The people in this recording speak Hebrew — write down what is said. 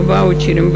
בוואוצ'רים,